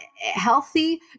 healthy